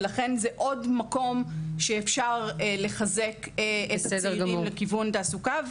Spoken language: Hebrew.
ולכן זה עוד מקום שאפשר לחזק את הצעירים לכיוון תעסוקה.